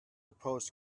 supposed